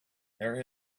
there